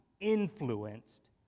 influenced